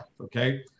okay